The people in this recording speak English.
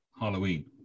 halloween